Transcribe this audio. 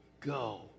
go